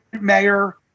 mayor